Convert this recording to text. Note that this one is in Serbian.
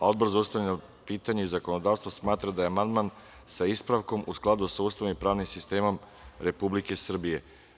Odbor za ustavna pitanja i zakonodavstvo smatra da je amandman, sa ispravkom, u skladu sa Ustavom i pravnim sistemom Republike Srbije.